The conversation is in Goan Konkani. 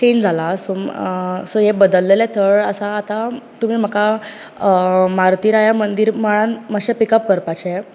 चॅन्ज जाला सो सो हें बदल्ले थळ आसा आतां तुमी म्हाका मारूती राया मंदीर मळ्यान मातशे पिक अप करपाचे